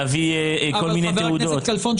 להביא כל מיני תעודות וכולי.